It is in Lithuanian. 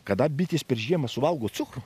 kada bitės per žiemą suvalgo cukrų